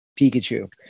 Pikachu